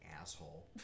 Asshole